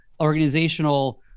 organizational